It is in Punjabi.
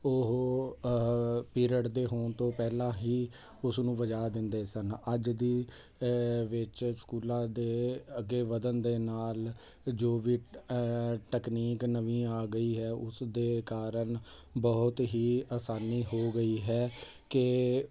ਉਹ ਪੀਰੀਅਡ ਦੇ ਹੋਣ ਤੋਂ ਪਹਿਲਾਂ ਹੀ ਉਸ ਨੂੰ ਵਜਾ ਦਿੰਦੇ ਸਨ ਅੱਜ ਦੀ ਵਿੱਚ ਸਕੂਲਾਂ ਦੇ ਅੱਗੇ ਵਧਣ ਦੇ ਨਾਲ ਜੋ ਵੀ ਤਕਨੀਕ ਨਵੀਂ ਆ ਗਈ ਹੈ ਉਸ ਦੇ ਕਾਰਨ ਬਹੁਤ ਹੀ ਆਸਾਨੀ ਹੋ ਗਈ ਹੈ ਕਿ